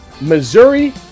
Missouri